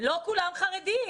חרדים!